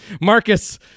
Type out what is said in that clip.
Marcus